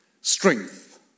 Strength